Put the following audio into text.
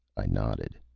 i nodded.